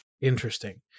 Interesting